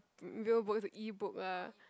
mm real book it's a e-book ah